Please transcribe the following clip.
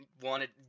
wanted